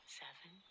seven